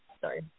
sorry